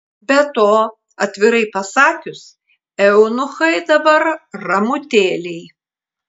be to atvirai pasakius eunuchai dabar ramutėliai